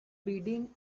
bidding